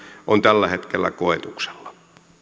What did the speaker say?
on tällä hetkellä koetuksella